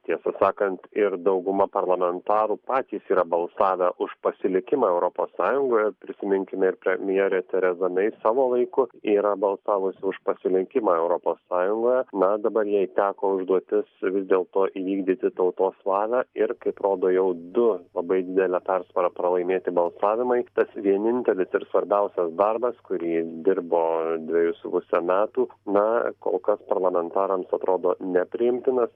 tiesą sakant ir dauguma parlamentarų patys yra balsavę už pasilikimą europos sąjungoje prisiminkime ir premjerė tereza mei savo laiku yra balsavusi už pasilikimą europos sąjungoje na dabar jai teko užduotis vis dėlto įvykdyti tautos valią ir kaip rodo jau du labai didele persvara pralaimėti balsavimai tas vienintelis ir svarbiausias darbas kurį dirbo dvejus su puse metų na kol kas parlamentarams atrodo nepriimtinas